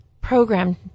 program